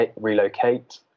relocate